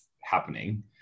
happening